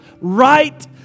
right